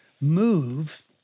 move